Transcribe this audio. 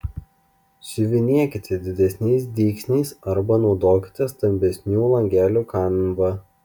siuvinėkite didesniais dygsniais arba naudokite stambesnių langelių kanvą